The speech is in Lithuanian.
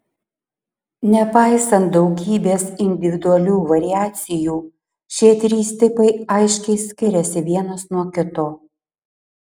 nepaisant daugybės individualių variacijų šie trys tipai aiškiai skiriasi vienas nuo kito